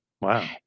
Wow